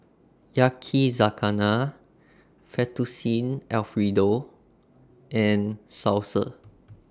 Yakizakana Fettuccine Alfredo and Salsa